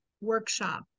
workshop